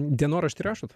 dienoraštį rašot